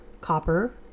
copper